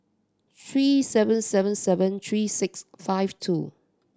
three seven seven seven three six five two